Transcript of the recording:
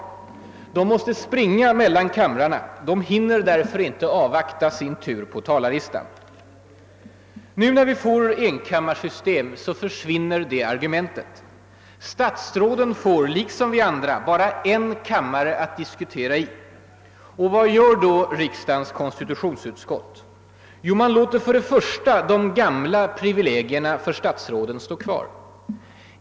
De har varit tvungna att springa mellan kamrarna och har därför inte hunnit att avvakta sin tur på talarlistan. Men nu när vi får en enda kammare bortfaller det argumentet. Statsråden får liksom vi andra bara en kammare att diskutera i. Vad gör då riksdagens konstitutionsutskott? Jo, utskottet låter först och främst de gamla privilegierna för statsråden stå kvar.